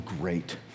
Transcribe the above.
great